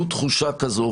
ולו תחושה כזו,